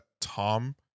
tom